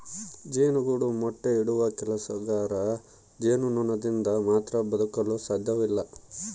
ಜೇನುಗೂಡು ಮೊಟ್ಟೆ ಇಡುವ ಕೆಲಸಗಾರ ಜೇನುನೊಣದಿಂದ ಮಾತ್ರ ಬದುಕಲು ಸಾಧ್ಯವಿಲ್ಲ